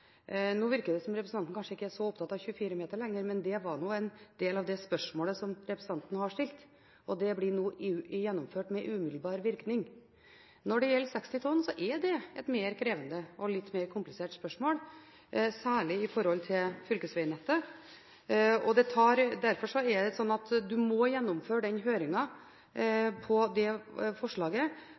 Nå virker det som om representanten kanskje ikke er så opptatt av 24 meter lenger, men det var nå en del av det spørsmålet som representanten stilte. Det blir nå gjennomført med umiddelbar virkning. Når det gjelder 60 tonn, er det et mer krevende og litt mer komplisert spørsmål, særlig med tanke på fylkesvegnettet. Derfor er det slik at vi må gjennomføre høringen om det forslaget på en litt bredere måte enn det